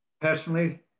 personally